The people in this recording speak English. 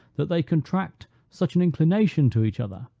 that they contract such an inclination to each other,